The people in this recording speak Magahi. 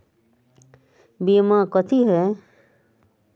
बीमा कथी है?